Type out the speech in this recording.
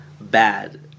bad